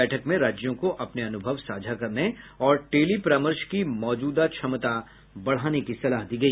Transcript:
बैठक में राज्यों को अपने अनुभव साझा करने और टेली परामर्श की मौजूदा क्षमता बढ़ाने की सलाह दी गई